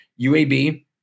UAB